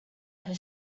have